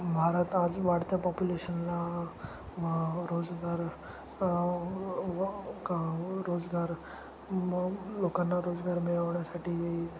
भारत आज वाढत्या पॉप्युलेशनला रोजगार क रोजगार लोकांना रोजगार मिळवण्यासाठी